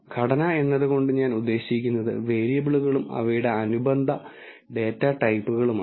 ഘടന എന്നതുകൊണ്ട് ഞാൻ ഉദ്ദേശിക്കുന്നത് വേരിയബിളുകളും അവയുടെ അനുബന്ധ ഡാറ്റ ടൈപ്പുകളുമാണ്